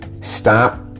Stop